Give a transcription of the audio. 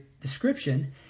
description